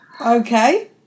Okay